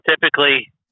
typically